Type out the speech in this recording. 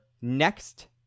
next